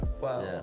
Wow